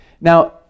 Now